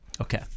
Okay